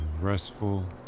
restful